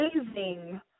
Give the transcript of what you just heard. amazing